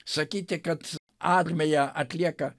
sakyti kad armija atlieka